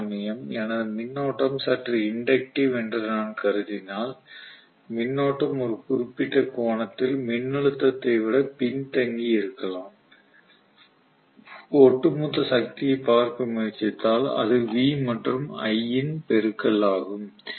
அதேசமயம் எனது மின்னோட்டம் சற்று இண்டக்ட்டிவ் என்று நான் கருதினால் மின்னோட்டம் ஒரு குறிப்பிட்ட கோணத்தில் மின்னழுத்தத்தை விட பின்தங்கியிருக்கலாம் ஒட்டுமொத்த சக்தியைப் பார்க்க முயற்சித்தால் அது V மற்றும் I இன் பெருக்கல் ஆகும்